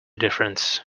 difference